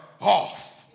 off